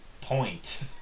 point